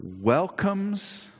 welcomes